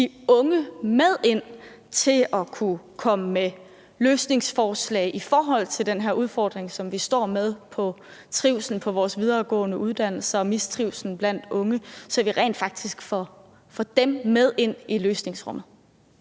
de unge med til at komme med løsningsforslag i forhold til den her udfordring, som vi står med i forhold til trivslen på vores videregående uddannelser og mistrivslen blandt unge, så vi rent faktisk får dem med ind i løsningsrummet.